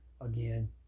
again